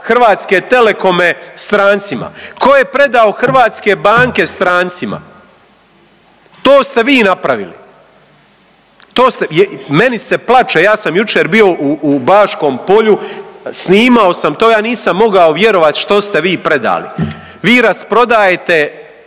hrvatske telekome strancima? Ko je predao hrvatske banke strancima? To ste vi napravili, to ste. Meni se plaće, ja sam jučer bio u Baškom Polju snimao sam to, ja nisam mogao vjerovat što ste vi predali. Vi rasprodajete